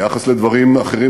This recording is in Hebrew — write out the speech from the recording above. ביחס לדברים אחרים,